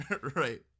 right